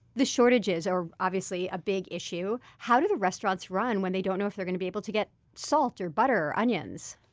the shortages are obviously a big issue. how do the restaurants run when they don't know if they're going to be able to get salt or butter or onions?